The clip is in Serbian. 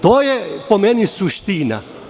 To je po meni suština.